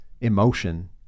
emotion